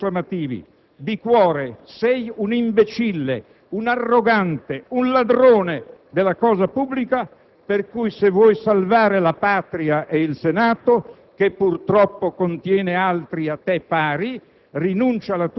schifoso maledetto!!!! Di cuore. Sei un imbecille, un arrogante, un ladrone della cosa pubblica per cui se vuoi salvare la Patria e il Senato (che purtroppo contiene altri a te pari)